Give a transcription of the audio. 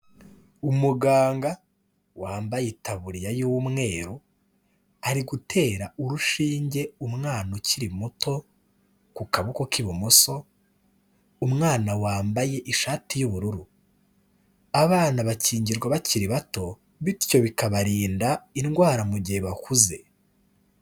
Umuganga wambaye itaburiya y'umweru, ari gutera urushinge umwana ukiri muto ku kaboko k'ibumoso, umwana wambaye ishati y'ubururu. Abana bakingirwa bakiri bato, bityo bikabarinda indwara mu gihe bakuze.